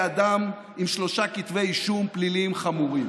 לאדם עם שלושה כתבי אישום פליליים חמורים.